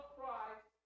Christ